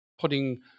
putting